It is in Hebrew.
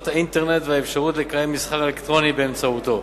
האינטרנט והאפשרות לקיים מסחר אלקטרוני באמצעותו.